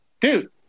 dude